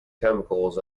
chemicals